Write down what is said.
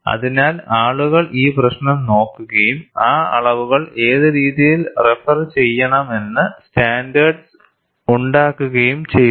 അതിനാൽ ആളുകൾ ഈ പ്രശ്നം നോക്കുകയും ആ അളവുകൾ ഏത് രീതിയിൽ റഫർ ചെയ്യണമെന്ന് സ്റ്റാൻഡേർഡ്സ് ഉണ്ടാക്കുകയും ചെയ്തു